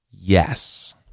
yes